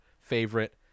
favorite